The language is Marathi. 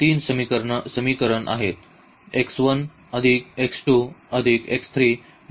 तर आपल्याकडे तीन समीकरण आहेत